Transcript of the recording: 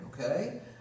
okay